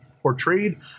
portrayed